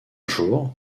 jour